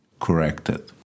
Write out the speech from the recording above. corrected